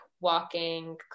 walking